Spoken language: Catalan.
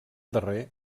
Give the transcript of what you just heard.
darrer